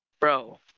bro